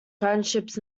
friendships